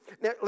Now